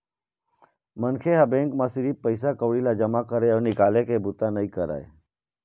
मनखे ह बेंक म सिरिफ पइसा कउड़ी ल जमा करे अउ निकाले के बूता नइ करय